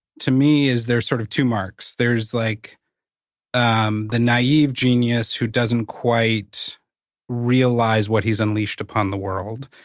to me, is there's sort of two marks. there's like um the naive genius who doesn't quite realize what he's unleashed upon the world,